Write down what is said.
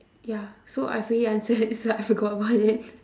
ya so I've already answered s~ I forgot about it